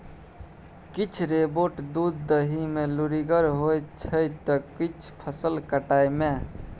किछ रोबोट दुध दुहय मे लुरिगर होइ छै त किछ फसल काटय मे